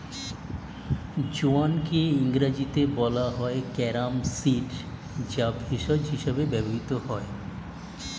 জোয়ানকে ইংরেজিতে বলা হয় ক্যারাম সিড যা ভেষজ হিসেবে ব্যবহৃত হয়